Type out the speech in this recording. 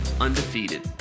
undefeated